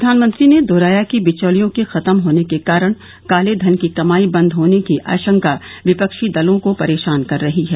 प्रधानमंत्री ने दोहराया कि बिचौलियों के खत्म होने के कारण काले धन की कमाई बंद होने की आशंका विपक्षी दलों को परेशान कर रही है